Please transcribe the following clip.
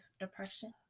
depression